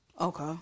Okay